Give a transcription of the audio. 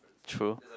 true